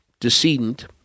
decedent